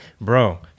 Bro